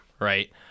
right